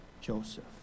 Joseph